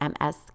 MS